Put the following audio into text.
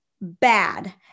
bad